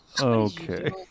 Okay